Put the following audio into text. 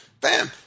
Bam